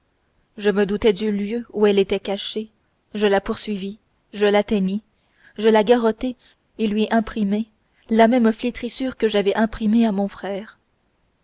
je me doutai du lieu où elle était cachée je la poursuivis je l'atteignis je la garrottai et lui imprimai la même flétrissure que j'avais imprimée à mon frère